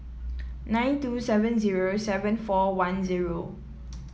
nine two seven zero seven four one zero